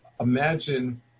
imagine